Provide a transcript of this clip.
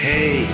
Hey